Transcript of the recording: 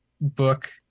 book